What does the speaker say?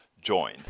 join